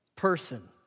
person